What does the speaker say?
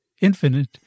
infinite